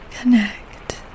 connect